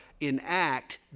enact